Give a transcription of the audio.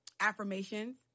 affirmations